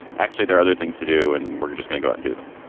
actually, there are other things to do and we're just gonna go and do them